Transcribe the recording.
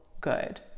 good